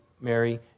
Mary